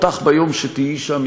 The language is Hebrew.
אותך ביום שתהיי שם,